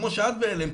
כמו שאת בהלם,